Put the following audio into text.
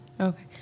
Okay